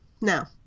now